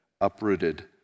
uprooted